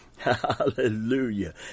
Hallelujah